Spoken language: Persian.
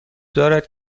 دارد